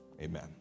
amen